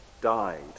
died